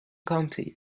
county